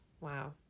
wow